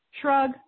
Shrug